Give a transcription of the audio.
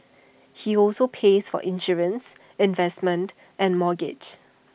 he also pays for insurance investments and mortgage